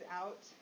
out